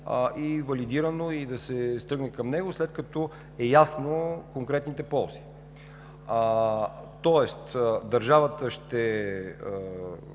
и валидирано и да се тръгне към него след като са ясни конкретните ползи. Тоест държавата ще